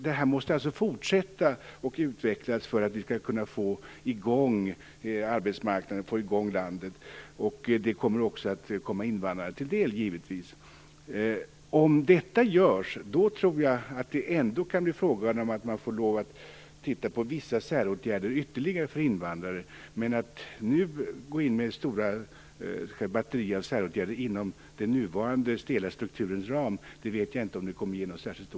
Det här måste alltså fortsätta att utvecklas för att vi skall kunna få i gång arbetsmarknaden och landet. Detta kommer givetvis också att komma invandrarna till del. Om det här görs tror jag att man kan titta på ytterligare säråtgärder för invandrare, men jag vet inte om det ger någon särskilt stor effekt att nu gå in med stora batterier av säråtgärder inom den nuvarande stela strukturens ram.